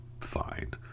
fine